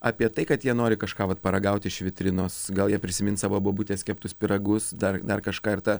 apie tai kad jie nori kažką vat paragauti iš vitrinos gal jie prisimins savo bobutės keptus pyragus dar dar kažką ir ta